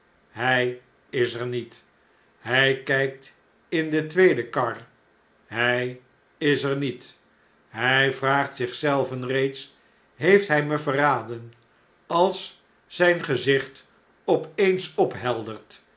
hy is er niet hjj kpt in de tweedekar hyiser niet hij vraagt zich zelven reeds heeft hjj mij verraden als zijn gezicht op eens opheldert